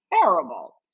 terrible